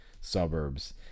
suburbs